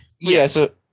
Yes